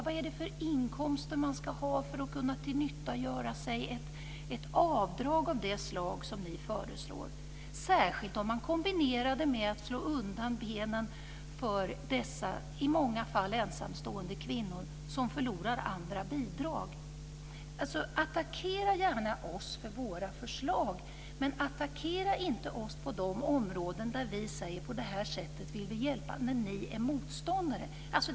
Vad är det för inkomster man ska ha för att kunna tillgodogöra sig ett avdrag av det slag som ni föreslår, särskilt om man kombinerar det med att slå undan benen för dessa i många fall ensamstående kvinnor som förlorar andra bidrag? Attackera gärna oss för våra förslag. Men attackera inte oss på de områden där vi säger att vi vill hjälpa på ett visst sätt samtidigt som ni är motståndare till detta.